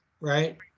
right